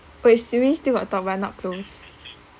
!oi! xiumi still got talk but not close